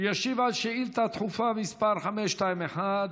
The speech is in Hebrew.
הוא ישיב על שאילתה דחופה מס' 521,